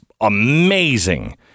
amazing